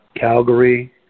Calgary